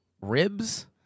ribs